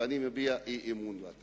ואני מביע אי-אמון בה.